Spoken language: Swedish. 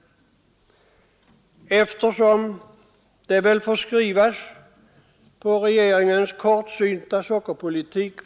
Och eftersom det väl får skrivas på regeringens kortsynta sockerpolitiks konto.